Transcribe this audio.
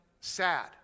sad